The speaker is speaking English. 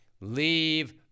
leave